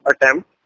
attempt